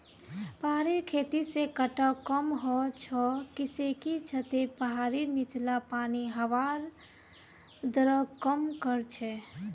पहाड़ी खेती से कटाव कम ह छ किसेकी छतें पहाड़ीर नीचला पानीर बहवार दरक कम कर छे